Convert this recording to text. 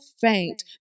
faint